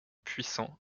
puissant